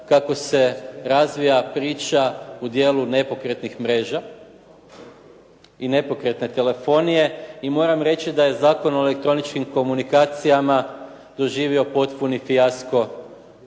kako se razvija priča u dijelu nepokretnih mreža i nepokretne telefonije i moram reći da je Zakon o elektroničkim komunikacijama doživio potpuni fijasko